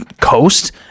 coast